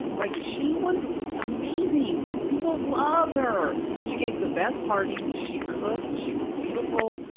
like, she was amazing! people loved her! she gave the best parties. she cooked. she was beautiful.